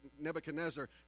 Nebuchadnezzar